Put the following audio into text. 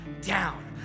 down